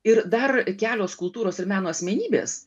ir dar kelios kultūros ir meno asmenybės